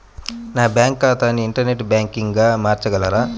నా బ్యాంక్ ఖాతాని ఇంటర్నెట్ బ్యాంకింగ్గా మార్చగలరా?